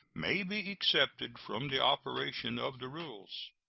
may be excepted from the operation of the rules.